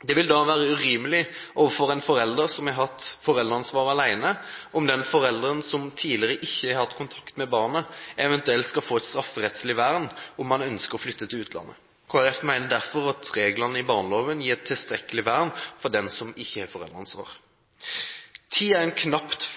Det vil da være urimelig overfor en forelder som har hatt foreldreansvaret alene, om den forelderen som tidligere ikke har hatt kontakt med barnet, eventuelt skal få et strafferettslig vern, om man ønsker å flytte til utlandet. Kristelig Folkeparti mener derfor at reglene i barneloven gir et tilstrekkelig vern for den som ikke har foreldreansvar. Tid er en